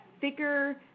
thicker